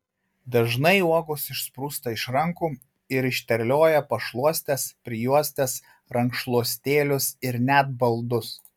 dažnai uogos išsprūsta iš rankų ir išterlioja pašluostes prijuostes rankšluostėlius ir net baldus